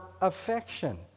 affection